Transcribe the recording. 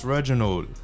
Reginald